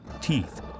teeth